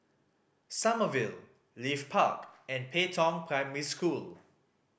Sommerville Leith Park and Pei Tong Primary School